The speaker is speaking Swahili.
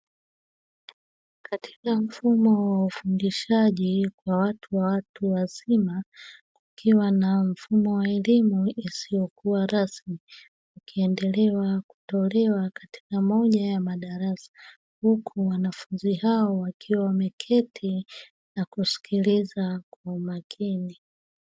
Mfumo wa kufundishaji wa watu wazima, ikiwa na mfumo wa elimu usiokuwa rasmi ukiendelea kutolewa katika moja ya madarasa huku wanafunzi hao wakiwa wamekaa na kusikiliza kwa makini.